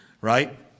right